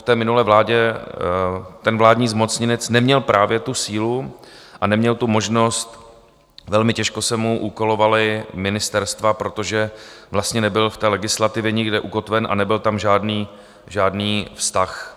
V minulé vládě vládní zmocněnec neměl právě tu sílu a neměl možnost, velmi těžko se mu úkolovala ministerstva, protože vlastně nebyl v legislativě nikde ukotven a nebyl tam žádný vztah.